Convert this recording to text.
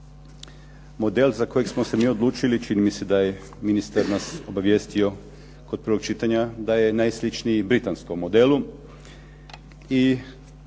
Model za kojeg smo se mi odlučili čini mi se da je ministar nas obavijestio kod prvog čitanja da je najsličniji britanskom modelu